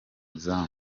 izamu